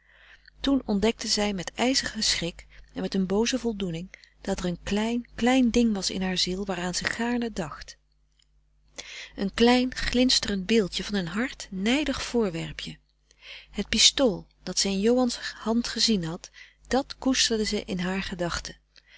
toen ontdekte zij met ijzigen schrik en met een booze voldoening dat er een klein klein ding was in haar ziel waaraan ze gaarne dacht een klein glinsterend beeldje van een hard nijdig voorwerpje het pistool dat ze in johan's hand gezien had dat koesterde ze in haar gedachten